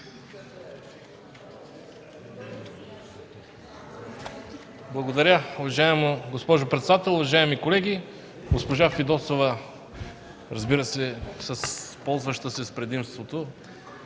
Благодаря, уважаема госпожо председател. Уважаеми колеги! Госпожа Фидосова, разбира се, ползваща се с предимството…